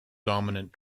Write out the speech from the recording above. dominant